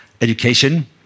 education